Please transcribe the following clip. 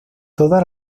toda